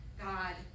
God